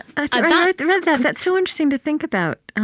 i read that. that's so interesting to think about.